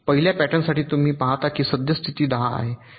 पहिल्या पॅटर्नसाठी तुम्ही पाहता की सद्य स्थिती 1 0 आहे